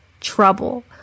trouble